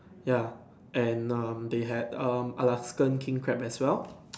ya and um they had um Alaskan king crab as well